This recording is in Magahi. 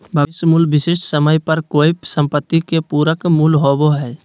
भविष्य मूल्य विशिष्ट समय पर कोय सम्पत्ति के पूरक मूल्य होबो हय